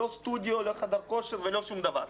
לא סטודיו, לא חדר כושר ולא שום דבר.